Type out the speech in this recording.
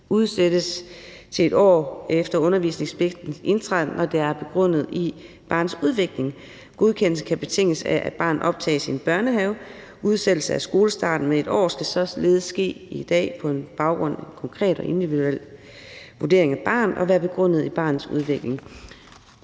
udsættes med et år efter undervisningspligtens indtræden, når det er begrundet i barnets udvikling. Godkendelsen kan betinges af, at barnet optages i en børnehave. Udsættelse af skolestarten med et år skal således ske i dag på baggrund af en konkret og individuel vurdering af barnet og være begrundet i barnets udvikling,